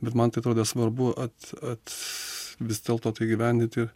bet man tai atrodė svarbu at at vis dėlto tai įgyvendint ir